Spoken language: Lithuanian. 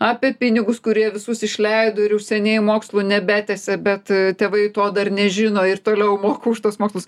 apie pinigus kurie visus išleido ir jau seniai mokslų nebetęsia bet tėvai to dar nežino ir toliau moka už tuos mokslus